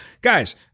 guys